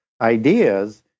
ideas